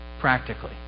practically